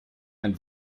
ein